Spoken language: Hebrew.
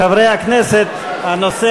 חברי הכנסת, הנושא